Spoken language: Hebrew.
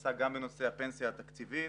שעסק גם בנושא הפנסיה התקציבית